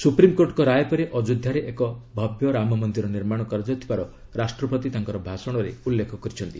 supreme କୋର୍ଟଙ୍କ ରାୟ ପରେ ଅଯୋଧ୍ୟାରେ ଏକ ଭବ୍ୟ ରାମମନ୍ଦିର ନିର୍ମାଣ କରାଯାଉଥିବାର ରାଷ୍ଟ୍ରପତି ତାଙ୍କର ଭାଷଣରେ ଉଲ୍ଲେଖ କରିଛନ୍ତି